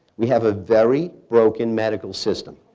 we have a very broken medical system.